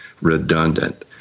redundant